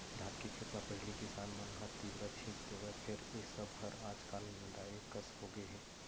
धान के खेत म पहिली किसान मन ह तिंवरा छींच देवय फेर ए सब हर आज काल नंदाए कस होगे हे